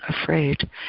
afraid